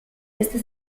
este